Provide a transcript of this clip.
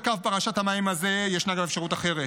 בקו פרשת המים הזה ישנה גם אפשרות אחרת: